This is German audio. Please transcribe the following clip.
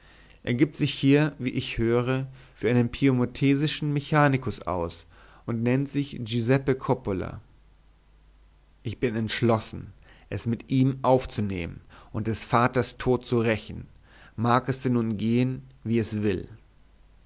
er gibt sich hier wie ich höre für einen piemontesischen mechanikus aus und nennt sich giuseppe coppola ich bin entschlossen es mit ihm aufzunehmen und des vaters tod zu rächen mag es denn nun gehen wie es will